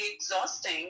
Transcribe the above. exhausting